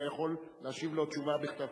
אתה יכול להשיב לו תשובה בכתב.